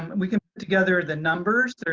and and we can put together the numbers,